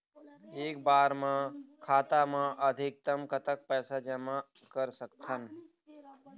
एक बार मा खाता मा अधिकतम कतक पैसा जमा कर सकथन?